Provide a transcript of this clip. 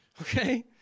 Okay